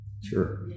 Sure